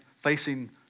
facing